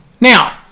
Now